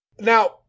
Now